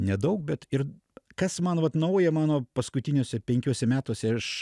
nedaug bet ir kas man vat nauja mano paskutiniuose penkiuose metuose aš